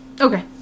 Okay